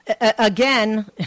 again